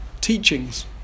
teachings